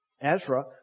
Ezra